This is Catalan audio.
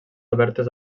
obertes